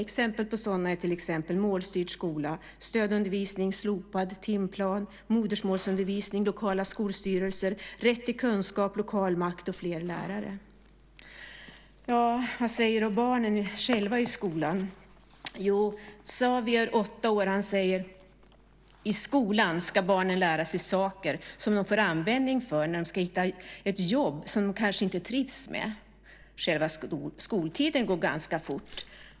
Exempel på sådana är målstyrd skola, stödundervisning, slopad timplan, modersmålsundervisning, lokala skolstyrelser, rätt till kunskap, lokal makt och fler lärare. Vad säger då barnen själva om skolan? Xavier, 8 år, säger: I skolan ska barnen lära sig saker som de får användning för när de ska hitta ett jobb som de kanske inte trivs med. Själva skoltiden går ganska fort.